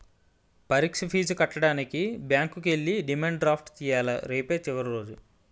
పరీక్ష ఫీజు కట్టడానికి బ్యాంకుకి ఎల్లి డిమాండ్ డ్రాఫ్ట్ తియ్యాల రేపే చివరి రోజు